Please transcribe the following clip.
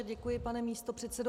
Děkuji, pane místopředsedo.